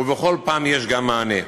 ובכל פעם יש גם מענה.